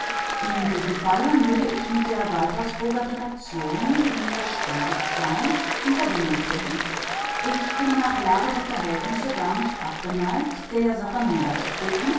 in diesem falle möge ich mit der waltersburger direktion die verständigt sei in verbindung treten ich bin nach lage der verhältnisse gar nicht abgeneigt der sache